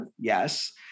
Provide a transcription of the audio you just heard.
yes